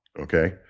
okay